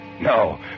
No